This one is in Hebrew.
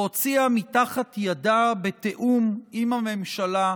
והוציאה מתחת ידה, בתיאום עם הממשלה,